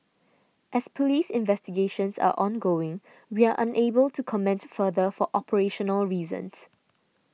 as Police investigations are ongoing we are unable to comment further for operational reasons